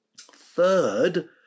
Third